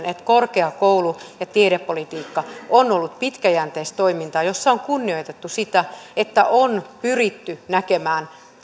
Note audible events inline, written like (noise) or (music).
(unintelligible) että korkeakoulu ja tiedepolitiikka on ollut pitkäjänteistä toimintaa jossa on kunnioitettu sitä että on pyritty näkemään